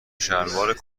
شلوار